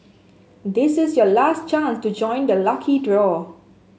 this is your last chance to join the lucky draw